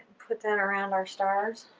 put that around our stars.